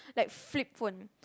like flip phone